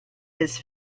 his